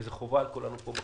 זה חובה על כולנו פה בכנסת.